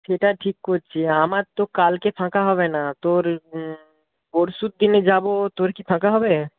সেটা ঠিক করছি আমার তো কালকে ফাঁকা হবে না তোর পরশুর দিনে যাব তোর কি ফাঁকা হবে